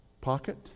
pocket